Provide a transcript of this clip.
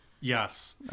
Yes